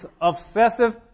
Obsessive